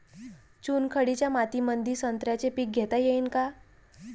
चुनखडीच्या मातीमंदी संत्र्याचे पीक घेता येईन का?